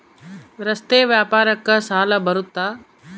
ರಸ್ತೆ ವ್ಯಾಪಾರಕ್ಕ ಸಾಲ ಬರುತ್ತಾ?